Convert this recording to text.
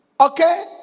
okay